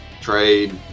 trade